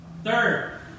Third